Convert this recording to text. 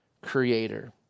creator